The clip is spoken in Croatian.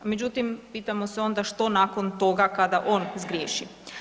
Međutim, pitamo se onda što nakon toga kada on zgriješi?